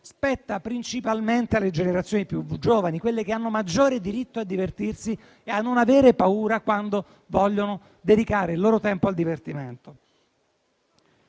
spetta principalmente alle generazioni più giovani, quelle che hanno maggiori diritto a divertirsi e a non avere paura quando vogliono dedicare il loro tempo al divertimento.